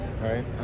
right